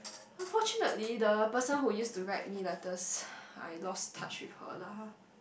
unfortunately the person who used to write me letters I lost touch with her lah